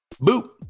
Boop